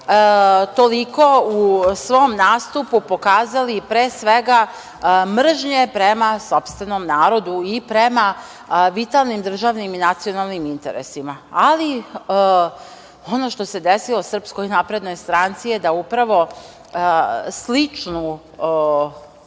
toliko u svom nastupu pokazali, pre svega mržnju prema sopstvenom narodu i prema vitalnim državnim i nacionalnim interesima. Ali, ono što se desilo Srpskoj naprednoj stranci je da upravo sličnu,